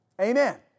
Amen